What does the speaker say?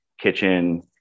kitchen